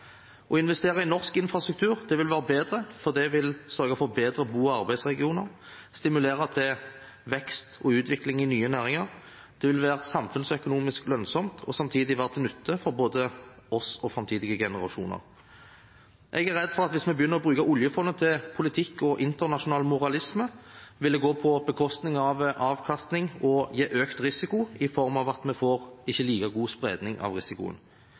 Å investere i norsk infrastruktur vil være bedre, for det vil sørge for bedre bo- og arbeidsregioner, stimulere til vekst og utvikling i nye næringer, det vil være samfunnsøkonomisk lønnsomt og samtidig være til nytte for både oss og framtidige generasjoner. Jeg er redd for at hvis vi begynner å bruke oljefondet til politikk og internasjonal moralisme, vil det gå på bekostning av avkastning og gi økt risiko i form av at vi ikke får like god spredning av risikoen.